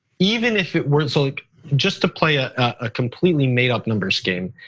even if it weren't. so like just to play a ah completely made up numbers game.